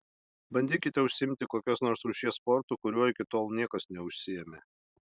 bandykite užsiimti kokios nors rūšies sportu kuriuo iki tol niekas neužsiėmė